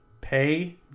Pay